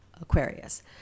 Aquarius